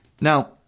Now